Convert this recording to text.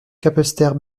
capesterre